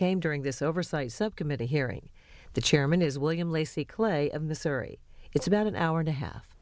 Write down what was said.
came during this oversight subcommittee hearing the chairman is william lacy clay of missouri it's about an hour and a half